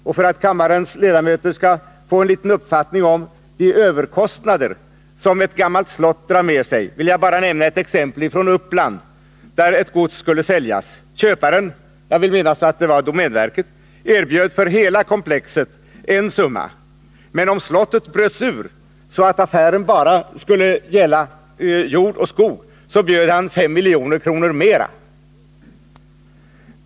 Och för att kammarens ledamöter skall få en liten uppfattning om de överkostnader som ett gammalt slott drar med sig vill jag bara nämna ett exempel från Uppland, där ett gods skulle säljas. Köparen — jag vill minnas att det var domänverket — erbjöd för hela komplexet en summa, men om slottet bröts ur, så att affären bara skulle gälla jord och skog, bjöd han 5 milj.kr. mera.